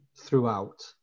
throughout